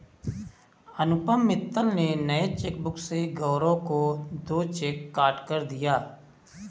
अनुपम मित्तल ने नए चेकबुक से गौरव को दो चेक काटकर दिया